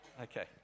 Okay